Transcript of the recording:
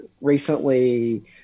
recently